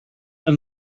and